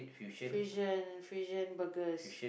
fusion fusion burgers